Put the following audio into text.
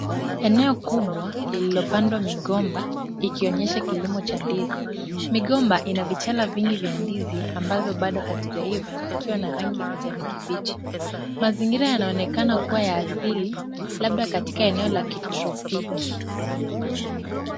Eneo kubwa lililopandwa migomba ikionyesha kilimo cha ndizi. Migomba ina vichana vingi vya ndizi ambazo bado hazijaiva zikiwa na rangi ya kijani kibichi. Mazingira yanaonekana kuwa ya asili labda katika eneo la kitropiki .